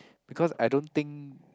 because I don't think